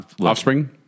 Offspring